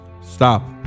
Stop